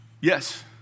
Yes